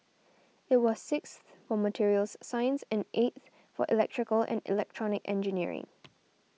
it was sixth for materials science and eighth for electrical and electronic engineering